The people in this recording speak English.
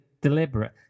deliberate